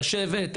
לשבת,